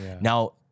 Now